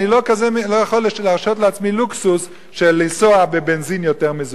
ואני לא יכול להרשות לעצמי לוקסוס של לנסוע בבנזין יותר מזוקק.